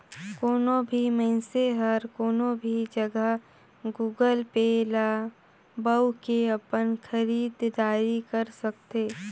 कोनो भी मइनसे हर कोनो भी जघा गुगल पे ल बउ के अपन खरीद दारी कर सकथे